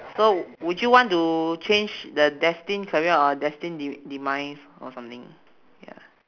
so would you want to change the destined career or destined de~ demise or something ya